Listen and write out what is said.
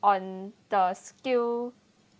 on the skill